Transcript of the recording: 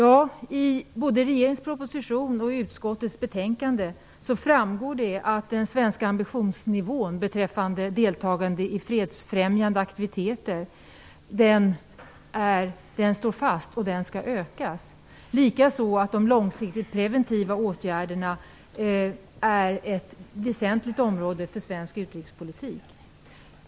Av både regeringens proposition och utskottets betänkande framgår det att den svenska ambitionsnivån beträffande deltagande i fredsfrämjande aktiviteter står fast och skall ökas. Likaså framgår det att de långsiktigt preventiva åtgärderna är ett väsentligt område för svensk utrikespolitik.